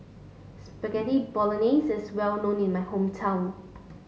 Spaghetti Bolognese is well known in my hometown